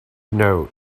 note